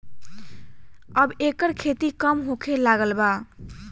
अब एकर खेती कम होखे लागल बा